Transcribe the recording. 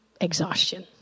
exhaustion